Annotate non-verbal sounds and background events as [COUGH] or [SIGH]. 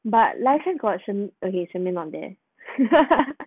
but last time got sher~ okay shermaine on there [LAUGHS]